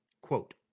Quote